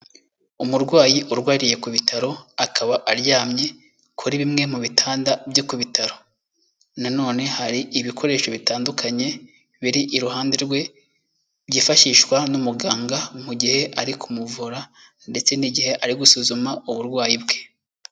Umurwayi urwariye ku bitaro, akaba aryamye kuri bimwe mu bitanda byo ku bitaro, na none hari ibikoresho bitandukanye biri iruhande rwe, byifashishwa n'umuganga mu gihe ari kumuvura, ndetse n'igihe ari gusuzuma uburwayi bwe.